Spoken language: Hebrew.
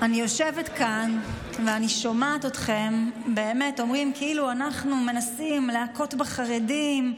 אני יושבת כאן ואני שומעת אתכם מדברים כאילו אנחנו מנסים להכות בחרדים,